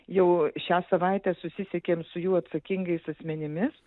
jau šią savaitę susisiekėm su jų atsakingais asmenimis